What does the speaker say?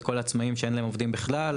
את כל העצמאים שאין להם עובדים בכלל,